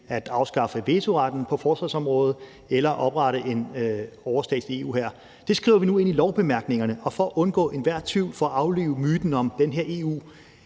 at afskaffe vetoretten på forsvarsområdet eller ved at oprette en overstatslig EU-hær. Det skriver vi nu ind i lovbemærkningerne for at undgå enhver tvivl og for at aflive myten om,